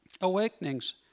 Awakenings